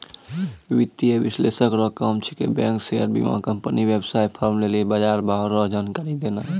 वित्तीय विश्लेषक रो काम छिकै बैंक शेयर बीमाकम्पनी वेवसाय फार्म लेली बजारभाव रो जानकारी देनाय